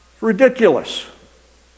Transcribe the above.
Ridiculous